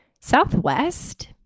Southwest